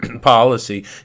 policy